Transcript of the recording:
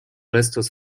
restos